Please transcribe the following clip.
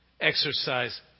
exercise